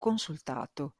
consultato